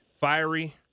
Fiery